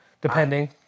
Depending